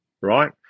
right